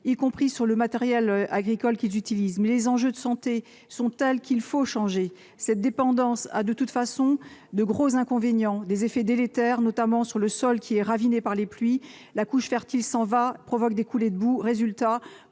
y compris en termes de matériels agricoles utilisés, mais les enjeux de santé sont tels qu'il faut changer. Cette dépendance a, de toute façon, de graves inconvénients. Elle a des effets délétères, notamment sur le sol : ravinée par les pluies, la couche fertile s'en va, ce qui provoque des coulées de boue, et la